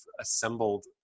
assembled